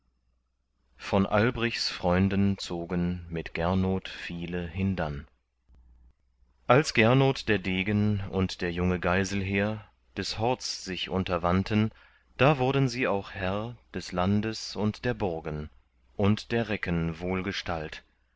von albrichs freunden zogen mit gernot viele hindann als gernot der degen und der junge geiselher des horts sich unterwandten da wurden sie auch herr des landes und der burgen und der recken